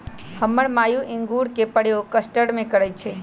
हमर माय इंगूर के प्रयोग कस्टर्ड में करइ छै